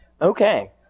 Okay